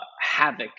havoc